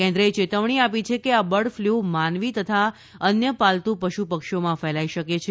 કેન્દ્રએ ચેતવણી આપી છે આ બર્ડ ફ્લ્ માનવી તથા અન્ય પાલતુ પશુ પક્ષીઓમાં ફેલાઈ શકે છે